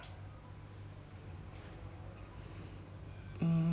mm